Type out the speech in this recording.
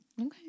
Okay